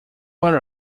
are